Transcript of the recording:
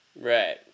Right